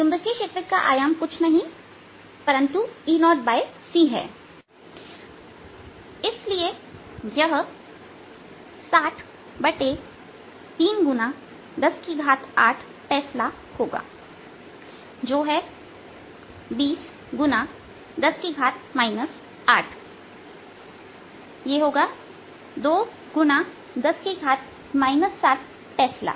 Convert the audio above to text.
चुंबकीय क्षेत्र का परिमाण कुछ नहीं है परंतु e0c है इसलिए यह603 108टेस्ला होगाजो है 20 x 10 8यह होगा 2x10 7 टेस्ला